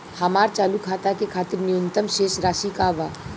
हमार चालू खाता के खातिर न्यूनतम शेष राशि का बा?